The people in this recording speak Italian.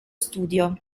studio